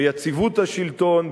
ביציבות השלטון,